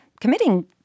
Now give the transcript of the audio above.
committing